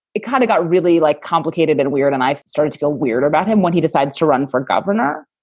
it kind of got really like complicated and weird and i started to feel weird about him when he decided to run for governor.